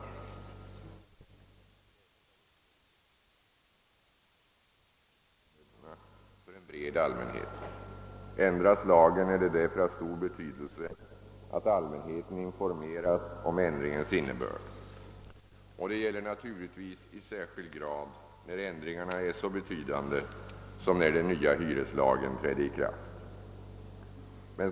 Hyreslagen påverkar på ett särskilt sätt förhållandena för en bred allmänhet. Ändras lagen, är det därför av stor betydelse att allmänheten informeras om ändringens innebörd. Detta gäller naturligtvis i särskild grad när ändringarna är så betydande som när den nya hyreslagen trädde i kraft.